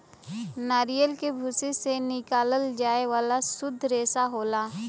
नरियल के भूसी से निकालल जाये वाला सुद्ध रेसा होला